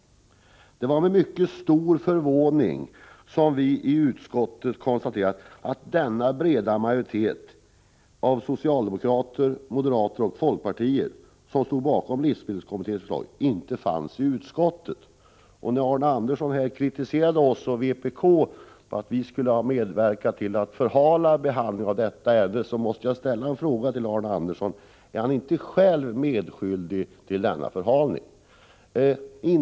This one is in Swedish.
Det var med mycket stor förvåning som vi i utskottet konstaterade att det där inte fanns någon bred majoritet av socialdemokrater, moderater och folkpartister motsvarande den som hade funnits bakom livsmedelskommitténs förslag. Arne Andersson i Ljung kritiserade oss och vpk för att vi skulle ha medverkat till att förhala behandlingen av detta ärende. Jag måste med anledning därav till Arne Andersson ställa frågan om han inte själv är medskyldig till denna förhalning.